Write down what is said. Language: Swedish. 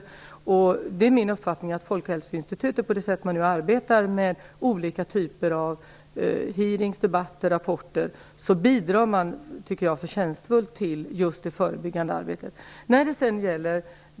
Det är min uppfattning att Folkhälsoinstitutet på det sätt som det nu arbetar med olika typer av hearingar, debatter och rapporter bidrar förtjänstfullt till det förebyggande arbetet.